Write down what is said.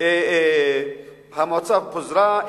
המועצה פוזרה,